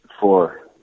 four